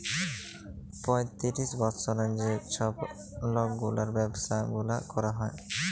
পঁয়তিরিশ বসরের যে ছব লকগুলার ব্যাবসা গুলা ক্যরা হ্যয়